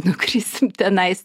nukrisim tenais